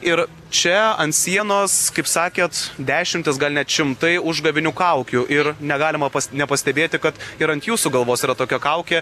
ir čia ant sienos kaip sakėt dešimtys gal net šimtai užgavėnių kaukių ir negalima nepastebėti kad ir ant jūsų galvos yra tokia kaukė